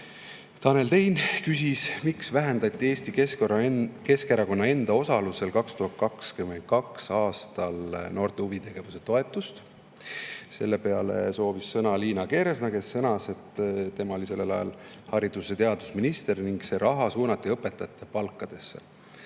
Tein küsis, miks vähendati Eesti Keskerakonna enda osalusel 2022. aastal noorte huvitegevuse toetust. Selle peale soovis sõna Liina Kersna, kes sõnas, et tema oli sellel ajal haridus- ja teadusminister ning see raha suunati õpetajate palkadesse.